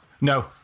No